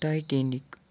titanic